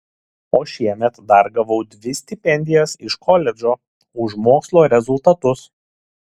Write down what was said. o šiemet dar gavau dvi stipendijas iš koledžo už mokslo rezultatus